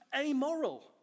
amoral